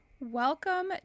Welcome